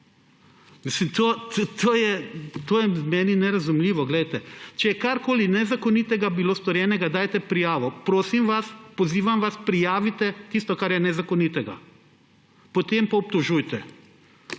To je meni nerazumljivo. Če je bilo karkoli nezakonitega storjenega, dajte prijavo, prosim vas, pozivam vas, prijavite tisto, kar je nezakonitega, potem pa obtožujte.